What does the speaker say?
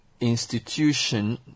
institution